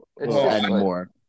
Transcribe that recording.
anymore